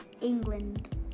england